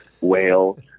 whale